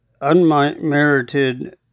unmerited